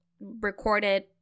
recorded